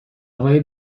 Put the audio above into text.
های